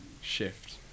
shift